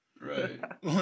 Right